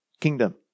kingdom